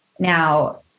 Now